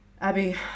Abby